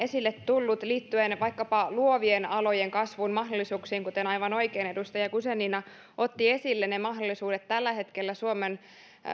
esille tullut liittyen vaikkapa luovien alojen kasvun mahdollisuuksiin kuten aivan oikein edustaja guzenina otti esille ne mahdollisuudet tällä hetkellä suomen